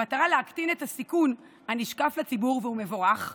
במטרה להקטין את הסיכון הנשקף לציבור, והוא מבורך,